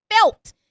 felt